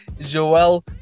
Joel